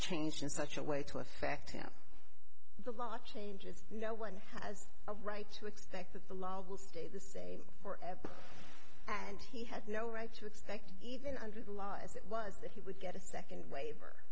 changed in such a way to affect him the law changes no one has a right to expect that the law will stay the same forever and he had no right to expect even under the law as it was that he would get a second waiver